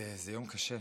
זה יום קשה,